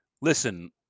Listen